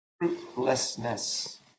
fruitlessness